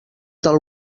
del